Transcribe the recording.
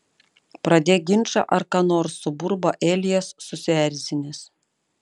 pradėk ginčą ar ką nors suburba elijas susierzinęs